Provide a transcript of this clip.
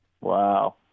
Wow